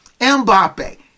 Mbappe